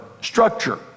structure